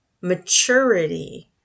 maturity